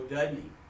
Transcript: Dudney